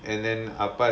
and then ah pa is like